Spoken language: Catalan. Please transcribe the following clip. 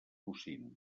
bocins